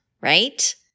right